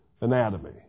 Anatomy